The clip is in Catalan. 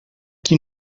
qui